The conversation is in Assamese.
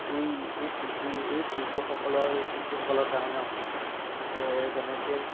এই এই শিল্পী এই শিল্পসকলৰ এই শিল্পীসকলৰ কাৰণে অসম যেনেকৈ